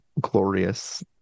glorious